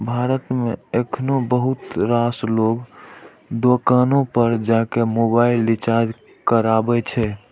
भारत मे एखनो बहुत रास लोग दोकाने पर जाके मोबाइल रिचार्ज कराबै छै